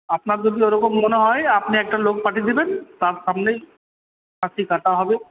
আপনার যদি ওরকম মনে হয় আপনি একটা লোক পাঠিয়ে দেবেন তার সামনেই খাসি কাটা হবে